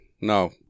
no